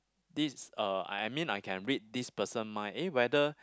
this uh I I mean I can read this person mind eh whether